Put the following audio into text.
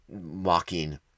mocking